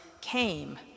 came